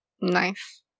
Nice